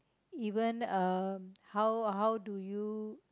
even uh how how do you